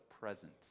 present